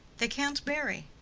they can't marry.